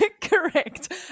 Correct